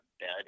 bed